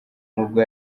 nubwo